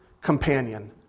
companion